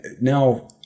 Now